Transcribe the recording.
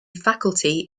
faculty